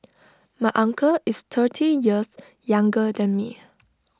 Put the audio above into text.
my uncle is thirty years younger than me